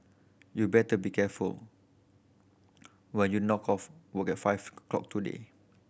you better be careful when you knock off work at five clock today